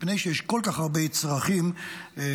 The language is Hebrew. מפני שיש כל כך הרבה צרכים ביישוב,